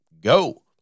go